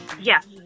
yes